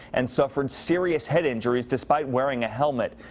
and suffered serious head injuries, despite wearing a helmet.